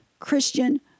christian